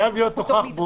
"חייב להיות נוכח בו"